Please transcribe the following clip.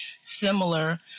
similar